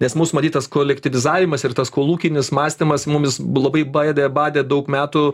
nes mūsų matytas kolektyvizavimas ir tas kolūkinis mąstymas mum jis labai baidė badė daug metų